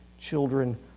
children